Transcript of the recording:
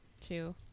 two